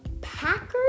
Packers